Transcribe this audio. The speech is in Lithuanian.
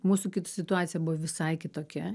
mūsų situacija buvo visai kitokia